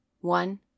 one